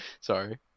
Sorry